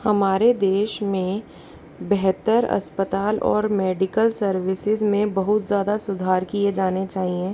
हमारे देश में बेहतर अस्पताल और मेडिकल सर्विसेज में बहुत ज़्यादा सुधार किए जाने चाहिए